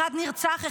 אחד נרצח,